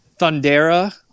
Thundera